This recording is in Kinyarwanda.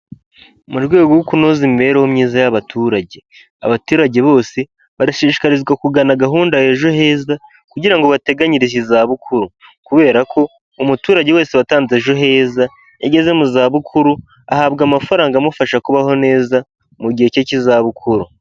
Mu rwego rwo kunoza imibereho myiza y'abaturage, abaturage bose barashishikarizwa kugana gahunda ya Ejo Heza kugira ngo bateganyirize izabukuru. Kubera ko umuturage wese watanze Ejo Heza iyo ageze mu zabukuru ahabwa amafaranga amufasha kubaho neza mu gihe cye cy'izabukuru.